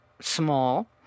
small